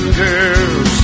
girls